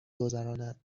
گذراند